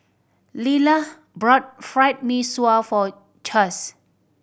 Lilah bought Fried Mee Sua for Chaz